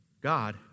God